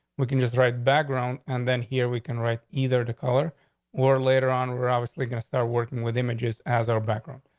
we can just write background. and then here we can write either the color or later on. we're obviously going to start working with images as our background.